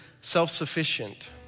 self-sufficient